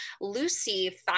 Lucy